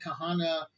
Kahana